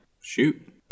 shoot